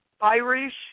Irish